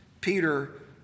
Peter